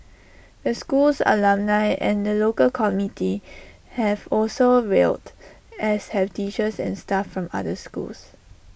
the school's alumni and the local community have also rallied as have teachers and staff from other schools